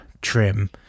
trim